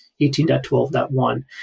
18.12.1